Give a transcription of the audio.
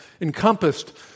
encompassed